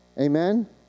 Amen